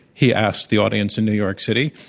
he asked the audience in new york city?